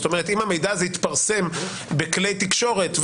זאת אומרת אם המידע הזה יתפרסם בכלי תקשורת,